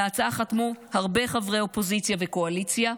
על ההצעה חתמו הרבה חברי אופוזיציה וקואליציה,